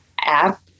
app